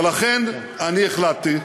אדוני, תכף, ולכן אני החלטתי,